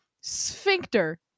Sphincter